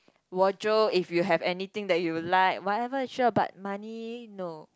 wardrobe if you have anything that you would like whatever sure but money no